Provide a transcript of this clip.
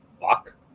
fuck